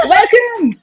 Welcome